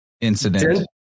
incident